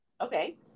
Okay